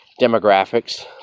demographics